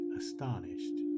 astonished